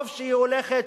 טוב שהיא הולכת.